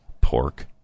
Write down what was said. Pork